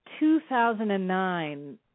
2009